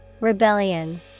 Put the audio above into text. Rebellion